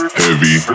heavy